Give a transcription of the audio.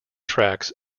tracks